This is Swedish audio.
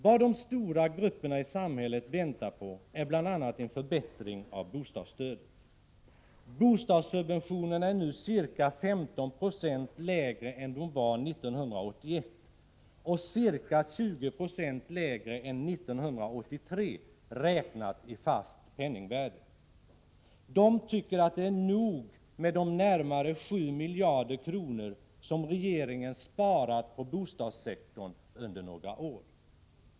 Vad de stora grupperna i samhället väntar på är bl.a. en förbättring av bostadsstödet. Bostadssubventionerna är nu ca 15 Ze lägre än de var 1981 och ca 20 96 lägre än 1983 räknat i fast penningvärde. Man tycker att det är nog med de närmare 7 miljarder kronor som regeringen sparat på bostadssektorn under några år.